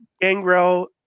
Gangrel